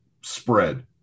spread